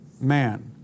man